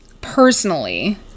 personally